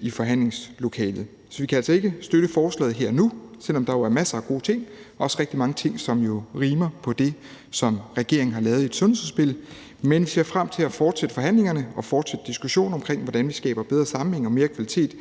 i forhandlingslokalet. Så vi kan altså ikke støtte forslaget her og nu, selv om der er masser af gode ting, også rigtig mange ting, som jo rimer på det, som regeringen har lavet i et sundhedsudspil. Men vi ser frem til at fortsætte forhandlingerne og fortsætte diskussionen om, hvordan vi skaber bedre sammenhæng og mere kvalitet